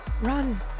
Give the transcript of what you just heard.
Run